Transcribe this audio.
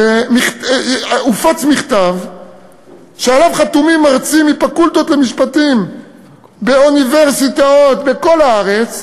הופץ מכתב שעליו חתומים מרצים מפקולטות למשפטים באוניברסיטאות בכל הארץ,